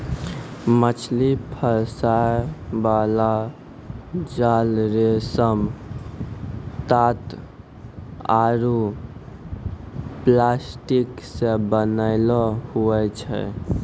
मछली फसाय बाला जाल रेशम, तात आरु प्लास्टिक से बनैलो हुवै छै